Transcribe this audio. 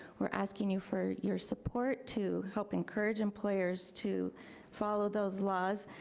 we're asking you for your support to help encourage employers to follow those laws